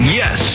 yes